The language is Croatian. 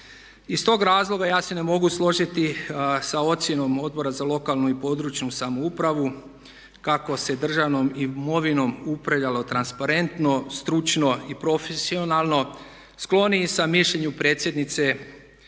Iz tog razloga ja se ne mogu složiti sa ocjenom Odbora za lokalnu i područnu samoupravu kako se državnom imovinom upravljalo transparentno, stručno i profesionalno. Skloniji sam mišljenju predsjednice